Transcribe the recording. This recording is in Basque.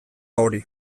hori